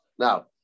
Now